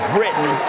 Britain